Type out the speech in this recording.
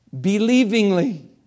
believingly